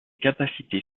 capacités